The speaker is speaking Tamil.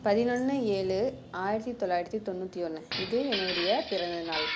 பதினொன்று ஏழு ஆயிரத்து தொள்ளாயிரத்தி தொண்ணூற்றி ஒன்று இது என்னுடைய பிறந்தநாள்